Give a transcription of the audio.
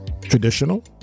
traditional